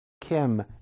Kim